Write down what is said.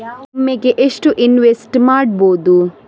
ಒಮ್ಮೆಗೆ ಎಷ್ಟು ಇನ್ವೆಸ್ಟ್ ಮಾಡ್ಬೊದು?